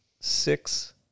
six